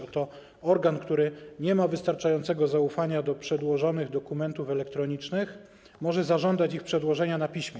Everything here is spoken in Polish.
Oto organ, który nie ma wystarczającego zaufania do przedłożonych dokumentów elektronicznych, może zażądać ich przedłożenia na piśmie.